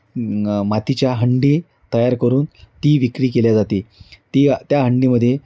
वेग मातीच्या हंडी तयार करून ती विक्री केली जाते ती त्या हंडीमध्ये